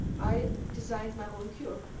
i designed my own cure.